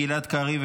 גלעד קריב,